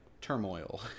turmoil